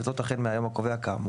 וזאת החל מהיום הקובע כאמור,